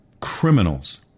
Criminals